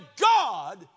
God